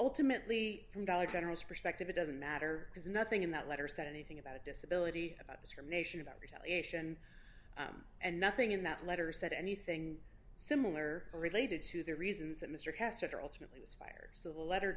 ultimately from dollar general perspective it doesn't matter because nothing in that letter said anything about a disability discrimination about retaliation and nothing in that letter said anything similar related to the reasons that mr cassatt or ultimately was fired so the letter